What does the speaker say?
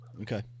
Okay